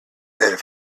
better